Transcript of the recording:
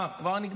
מה, כבר נגמר?